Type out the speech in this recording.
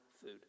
food